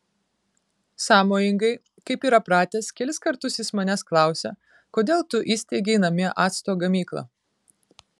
sąmojingai kaip yra pratęs kelis kartus jis manęs klausė kodėl tu įsteigei namie acto gamyklą